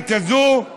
הקיץ הזה היא